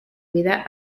vida